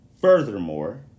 Furthermore